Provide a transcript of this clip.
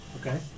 okay